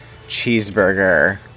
cheeseburger